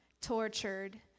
tortured